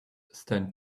stand